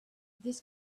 this